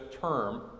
term